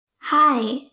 Hi